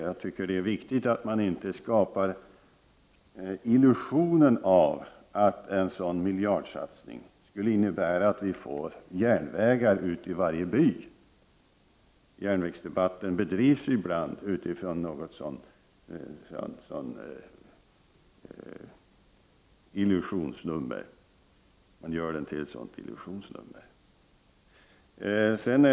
Jag tycker att det är viktigt att man inte skapar illusionen av att en sådan miljardsatsning skulle innebära att vi får järnvägar ut i varje by. Järnvägsdebatten bedrivs ibland med utgångspunkten att man gör ett sådant illusionsnummer.